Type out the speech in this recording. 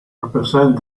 represents